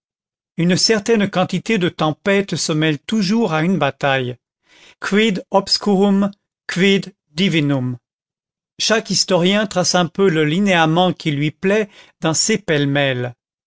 une certaine quantité de tempête se mêle toujours à une bataille quid obscurum quid divinum chaque historien trace un peu le linéament qui lui plaît dans ces pêle-mêle